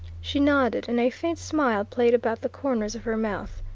she nodded, and a faint smile played about the corners of her mouth.